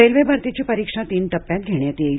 railway भरतीची परीक्षा तीन टप्प्यांत घेण्यात येईल